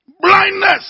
Blindness